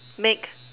make